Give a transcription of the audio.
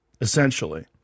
essentially